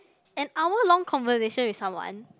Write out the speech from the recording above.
an hour long conversation with someone